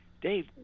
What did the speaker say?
Dave